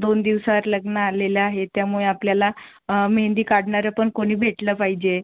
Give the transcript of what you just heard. दोन दिवसावर लग्न आलेलं आहे त्यामुळे आपल्याला मेहेंदी काढणारं पण कोणी भेटलं पाहिजे